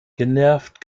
genervt